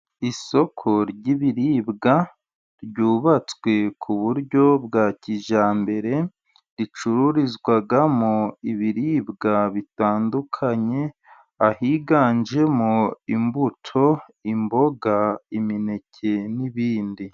Isoko ry'ibiribwa ryubatswe ku buryo bwa kijyambere, ricururizwamo ibiribwa bitandukanye, ahiganjemo: imbuto, imboga, imineke, n'ibindi.